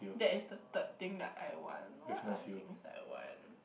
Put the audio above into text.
that is the third thing that I want what other things I want